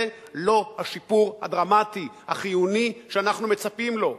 זה לא השיפור הדרמטי החיוני שאנחנו מצפים לו.